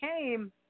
came